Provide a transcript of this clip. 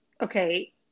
Okay